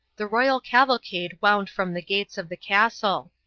the royal cavalcade wound from the gates of the castle.